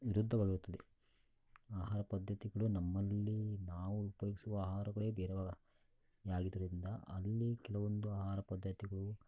ವಿರುದ್ಧವಾಗಿರುತ್ತದೆ ಆಹಾರ ಪದ್ದತಿಗಳು ನಮ್ಮಲ್ಲಿ ನಾವು ಉಪ್ಯೋಗ್ಸುವ ಆಹಾರಗಳೇ ಬೇರೆಯಾಗಿರುದ್ರಿಂದ ಅಲ್ಲಿ ಕೆಲವೊಂದು ಆಹಾರ ಪದ್ಧತಿಗಳು